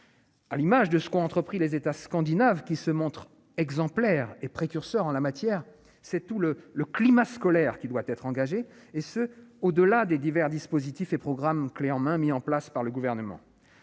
à l'image de ce qu'ont entrepris les États scandinaves qui se montre exemplaire et précurseur en la matière, c'est tout le le climat scolaire qui doit être engagée et ce au-delà des divers dispositifs et programme clé en main, mis en place par le gouvernement